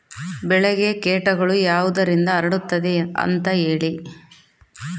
ಬೆಳೆಗೆ ಕೇಟಗಳು ಯಾವುದರಿಂದ ಹರಡುತ್ತದೆ ಅಂತಾ ಹೇಳಿ?